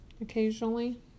occasionally